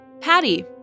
Patty